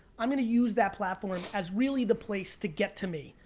i'm gonna use that platform as really the place to get to me.